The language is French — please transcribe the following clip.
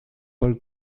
paul